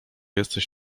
jesteś